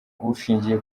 ushingiye